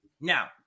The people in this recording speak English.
Now